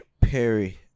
Perry